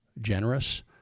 generous